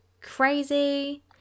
crazy